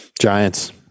Giants